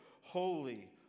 holy